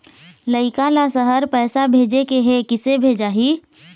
लइका ला शहर पैसा भेजें के हे, किसे भेजाही